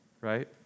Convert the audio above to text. right